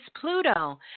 Pluto